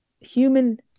human